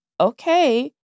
okay